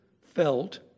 felt